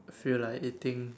feel like eating